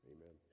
Amen